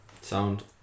sound